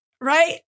right